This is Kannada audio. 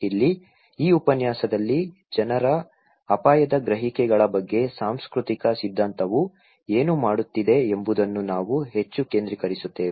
ಇಲ್ಲಿ ಈ ಉಪನ್ಯಾಸದಲ್ಲಿ ಜನರ ಅಪಾಯದ ಗ್ರಹಿಕೆಗಳ ಬಗ್ಗೆ ಸಾಂಸ್ಕೃತಿಕ ಸಿದ್ಧಾಂತವು ಏನು ಮಾತನಾಡುತ್ತಿದೆ ಎಂಬುದನ್ನು ನಾವು ಹೆಚ್ಚು ಕೇಂದ್ರೀಕರಿಸುತ್ತೇವೆ